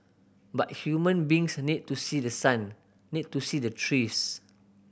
but human beings need to see the sun need to see the trees